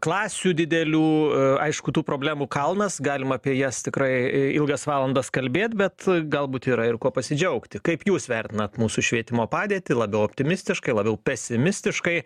klasių didelių aišku tų problemų kalnas galima apie jas tikrai ilgas valandas kalbėt bet galbūt yra ir kuo pasidžiaugti kaip jūs vertinat mūsų švietimo padėtį labiau optimistiškai labiau pesimistiškai